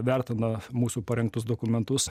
vertina mūsų parengtus dokumentus